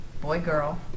Boy-girl